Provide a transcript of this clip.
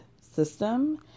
system